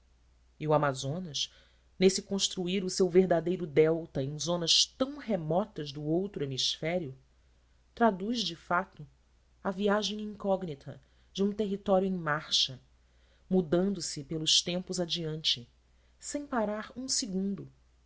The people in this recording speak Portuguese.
e o amazonas nesse construir o seu verdadeiro delta em zonas tão remotas do outro hemisfério traduz de fato a viagem incógnita de um território em marcha mudando se pelos tempos adiante sem parar um segundo